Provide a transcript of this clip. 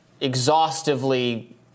exhaustively